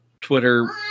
Twitter